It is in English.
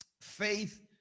faith